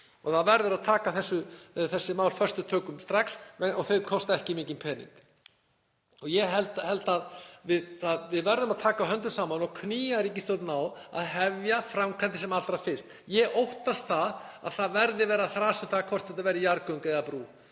Það verður að taka þessi mál föstum tökum strax og þau kosta ekki mikinn pening. Við verðum að taka höndum saman og knýja ríkisstjórnina til að hefja framkvæmdir sem allra fyrst. Ég óttast að það verði þrasað um hvort þetta verði jarðgöng eða brú